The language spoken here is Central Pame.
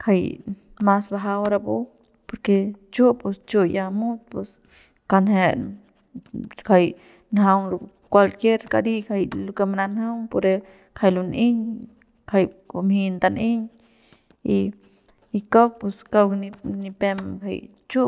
Kjai mas bajau rapu porque chu pus chu ya mut pus kanjet kjai njaung kualkier kari jay lo que mananjaung pore kjai lun'eiñ kjai bumjei ndan'eiñ y kauk pus kauk ni pem nipem jay chu